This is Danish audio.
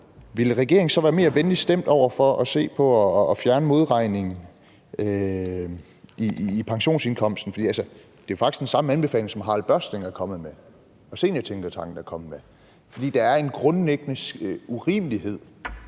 Ville regeringen så være mere venlig stemt over for at se på at fjerne modregning i pensionsindkomsten? Det er jo faktisk den samme anbefaling, som Harald Børsting er kommet med, og som Seniortænketanken er kommet med, fordi der er en grundlæggende urimelighed